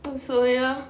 so ya